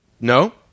No